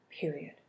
period